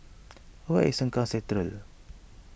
where is Sengkang Central